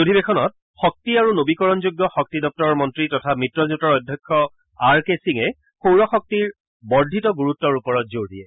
অধিবেশনত শক্তি আৰু নবীকৰণ যোগ্য শক্তি দপ্তৰৰ মন্ত্ৰী তথা মিত্ৰজোঁটৰ অধ্যক্ষ আৰ কে সিঙে সৌৰশক্তিৰ বৰ্ধিত গুৰুত্বৰ ওপৰত জোৰ দিয়ে